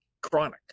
chronic